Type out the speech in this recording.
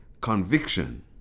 conviction